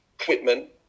equipment